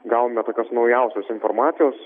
gavome tokios naujausios informacijos